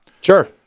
Sure